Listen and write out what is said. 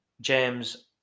James